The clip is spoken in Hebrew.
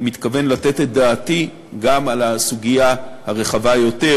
מתכוון לתת את דעתי גם על הסוגיה הרחבה יותר